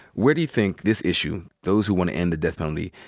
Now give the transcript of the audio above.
where do you think this issue, those who want to end the death penalty,